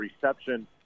reception